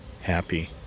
happy